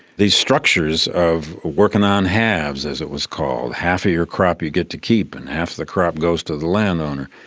the structures on working on halves, as it was called, half of your crop you get to keep and half the crop goes to the landowner,